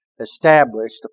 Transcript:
established